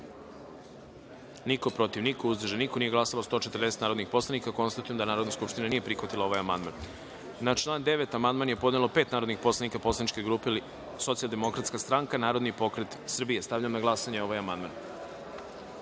niko, protiv – niko, uzdržanih – nema, nisu glasala 142 narodna poslanika. Konstatujem da Narodna skupština nije prihvatila ovaj amandman. Na član 2. amandman je podnelo pet narodnih poslanika Poslaničke grupe Socijaldemokratska stranka, Narodni pokret Srbije. Stavljam na glasanje ovaj